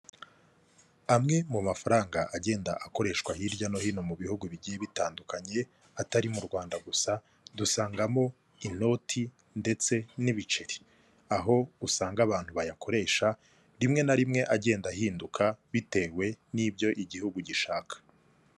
Amwe mu mafaranga agenda akoreshwa hirya no hino mu bihugu bigiye bitandukanye atari mu Rwanda gusa, dusangamo inoti ndetse n'ibiceri, aho usanga abantu bayakoresha rimwe na rimwe agenda ahinduka bitewe n'ibyo igihugu gishaka.